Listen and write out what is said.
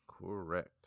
Correct